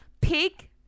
pig